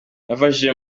yafashije